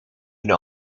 een